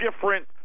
different